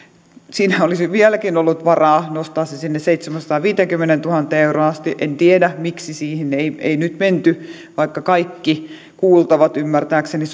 siinä olisi vieläkin ollut varaa nostaa se sinne seitsemäänsataanviiteenkymmeneentuhanteen euroon asti en tiedä miksi siihen ei nyt menty vaikka kaikki kuultavat ymmärtääkseni